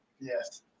Yes